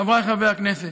חבריי חברי הכנסת,